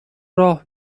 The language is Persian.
راه